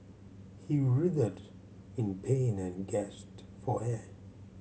he writhed in pain and gasped for air